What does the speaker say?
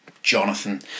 Jonathan